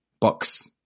box